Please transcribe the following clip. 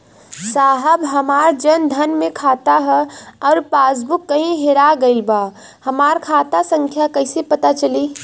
साहब हमार जन धन मे खाता ह अउर पास बुक कहीं हेरा गईल बा हमार खाता संख्या कईसे पता चली?